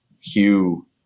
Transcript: Hugh